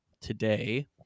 today